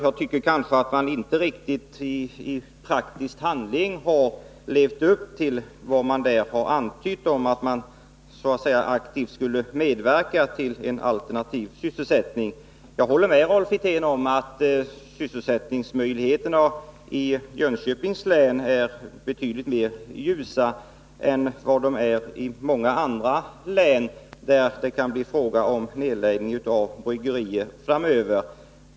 Jag tycker kanske inte att man i praktisk handling har riktigt levt upp till vad man antytt om att man aktivt skulle medverka till en alternativ sysselsättning. Jag håller med Rolf Wirtén om att utsikterna till sysselsättning i Jönköpings län är betydligt ljusare än vad de är i många andra län, där det kan bli fråga om nedläggning av bryggerier framöver.